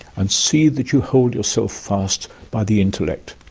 and see that you hold yourself fast by the intellect.